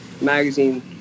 magazine